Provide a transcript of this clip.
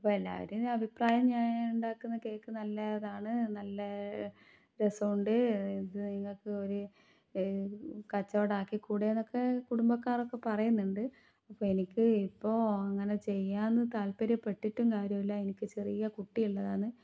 അപ്പം എല്ലാവരും അഭിപ്രായം ഞാൻ ഉണ്ടാക്കുന്ന കേക്ക് നല്ലതാണ് നല്ല രസമുണ്ട് ഇത് നിങ്ങൾക്ക് ഒരു കച്ചവടാക്കിക്കൂടേന്നൊക്കെ കുടുംബക്കാരോക്കെ പറയുന്നുണ്ട് ഇപ്പം എനിക്ക് ഇപ്പോൾ അങ്ങനെ ചെയ്യാന്ന് താല്പര്യപ്പെട്ടിട്ടും കാര്യമില്ല എനിക്ക് ചെറിയ കുട്ടിയുള്ളതാണ്